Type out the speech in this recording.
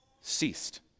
ceased